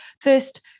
First